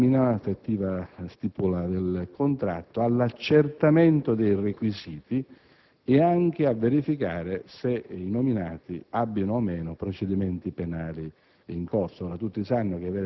l'effettiva nomina, l'effettiva stipula del contratto all'accertamento dei requisiti ed a verificare se i nominati abbiano o no procedimenti penali